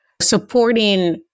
Supporting